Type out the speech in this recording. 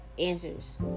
answers